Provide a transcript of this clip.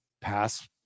pass